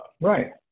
Right